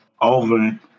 over